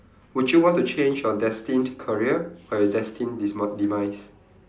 would you want to change your destined career or your destined demi~ demise